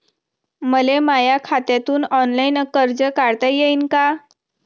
मले माया खात्यातून ऑनलाईन कर्ज काढता येईन का?